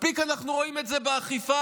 מספיק אנחנו רואים את זה באכיפה,